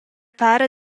para